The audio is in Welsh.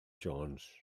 jones